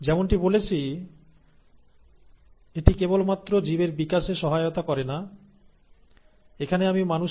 যেমনটি বলেছি এটি কেবল মাত্র জীবের বিকাশে সহায়তা করে না এখানে আমি মানুষের উদাহরণ নিয়েছি তবে প্রায় সমস্ত ইউক্যারিওটিক জীবের ক্ষেত্রে এটি প্রযোজ্য